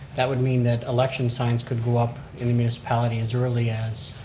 that would mean that election signs could go up in the municipality as early as